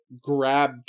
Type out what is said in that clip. grab